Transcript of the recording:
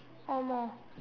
oh more